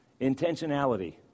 Intentionality